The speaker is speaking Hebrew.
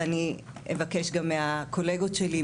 ואני אבקש גם מהקולגות שלי,